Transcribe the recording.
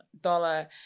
dollar